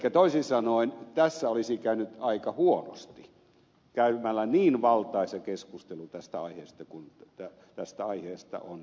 elikkä toisin sanoen tässä olisi käynyt aika huonosti käymällä niin valtaisa keskustelu tästä aiheesta kuin tästä aiheesta on keskustelua käyty